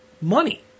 money